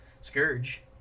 scourge